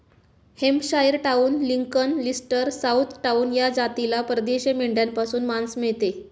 Hampshire down, Lincoln, Leicester, south down या जातीला परदेशी मेंढ्यांपासून मांस मिळते